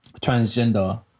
transgender